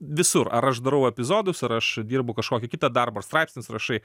visur ar aš darau epizodus ar aš dirbu kažkokį kitą darbą ar straipsnius rašai